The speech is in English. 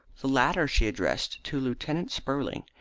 the latter she addressed to lieutenant spurling,